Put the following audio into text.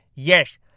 Yes